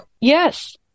Yes